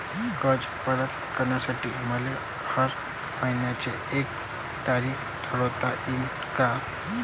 कर्ज परत करासाठी मले हर मइन्याची एक तारीख ठरुता येईन का?